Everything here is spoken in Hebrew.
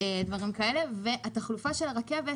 מבחינת התחבורה של הרכבת,